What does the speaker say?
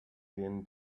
din